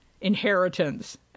inheritance